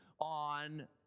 on